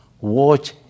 watch